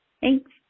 Thanks